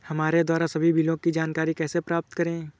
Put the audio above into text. हमारे द्वारा सभी बिलों की जानकारी कैसे प्राप्त करें?